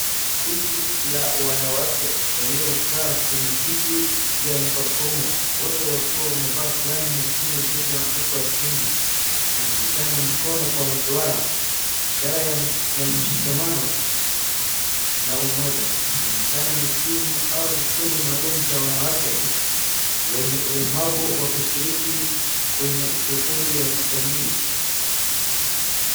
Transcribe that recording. Kundi la wanawake waliokaa kwenye viti vya magurudumu, wote wakiwa wamevaa fulana nyekundu zilizoandikwa Kenya, wanashikana mikono kwa mduara, ishara ya mshikamano na umoja. Inaonekana ni timu au kikundi maalum cha wanawake wenye ulemavu wakishiriki kwenye shughuli ya kijamii.